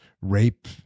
rape